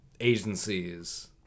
agencies